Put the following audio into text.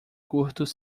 curtos